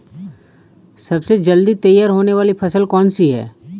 सबसे जल्दी तैयार होने वाली फसल कौन सी है?